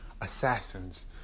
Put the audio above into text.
assassins